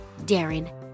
Darren